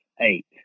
eight